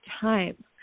time